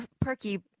perky